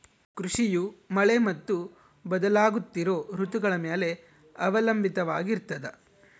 ಕೃಷಿಯು ಮಳೆ ಮತ್ತು ಬದಲಾಗುತ್ತಿರೋ ಋತುಗಳ ಮ್ಯಾಲೆ ಅವಲಂಬಿತವಾಗಿರ್ತದ